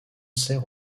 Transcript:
serre